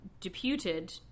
deputed